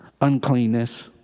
uncleanness